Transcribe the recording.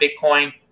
Bitcoin